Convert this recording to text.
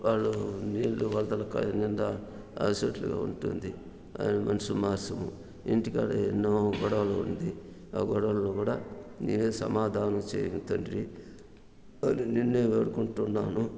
వాళ్ళు నీళ్ళు వదలక నిండా సుట్టూ ఉంటుంది వాళ్ళు మనసు మార్చుము ఇంటికాడ ఎన్నో గొడవలు ఉంది ఆ గోడవలును కూడా నివే సమాధానం సేయు తండ్రి అని నిన్నే వేడుకుంటున్నాను